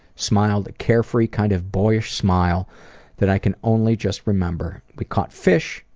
smiled a carefree kind of boyish smile that i can only just remember. we caught fish,